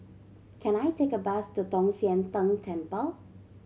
can I take a bus to Tong Sian Tng Temple